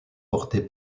porté